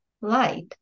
light